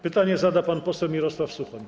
Pytanie zada pan poseł Mirosław Suchoń.